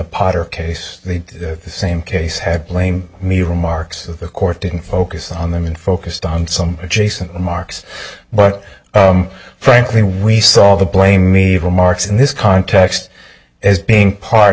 potter case the same case had blame me remarks of the court didn't focus on them and focused on some adjacent remarks but frankly we saw the blame me remarks in this context as being part